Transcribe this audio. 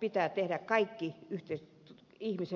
pitää tehdä kaikki ihmisen puolesta